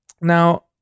Now